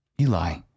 Eli